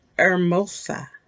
hermosa